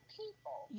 people